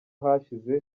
hashize